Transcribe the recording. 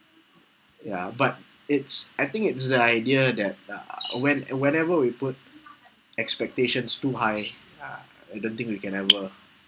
ya but it's I think it's the idea that uh when whenever we put expectations too high uh I don't think we can have a